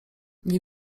nie